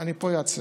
טוב, אני פה אעצור.